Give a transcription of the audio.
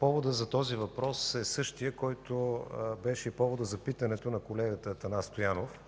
Поводът за този въпрос е същият, който беше и поводът за питането на колегата Атанас Стоянов.